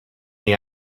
the